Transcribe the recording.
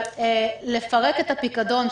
אבל לפרק את הפיקדון,